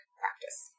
practice